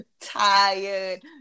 tired